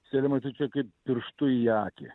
selemai tu čia kaip pirštu į akį